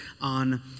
on